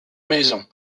maisons